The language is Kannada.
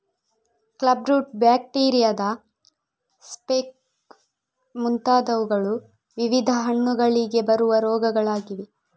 ಕ್ಲಬ್ ರೂಟ್, ಬ್ಯಾಕ್ಟೀರಿಯಾದ ಸ್ಪೆಕ್ ಮುಂತಾದವುಗಳು ವಿವಿಧ ಹಣ್ಣುಗಳಿಗೆ ಬರುವ ರೋಗಗಳಾಗಿವೆ